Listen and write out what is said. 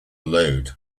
load